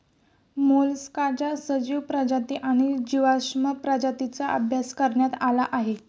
मोलस्काच्या सजीव प्रजाती आणि जीवाश्म प्रजातींचा अभ्यास करण्यात आला आहे